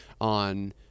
on